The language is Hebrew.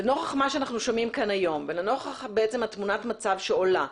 לנוכח מה שאנחנו שומעים היום ולנוכח תמונת המצב שעולה,